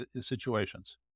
situations